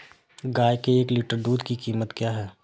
गाय के एक लीटर दूध की कीमत क्या है?